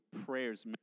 prayers